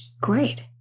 Great